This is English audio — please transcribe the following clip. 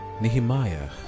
Nehemiah